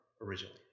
originally